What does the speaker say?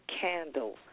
candle